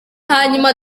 hanyuma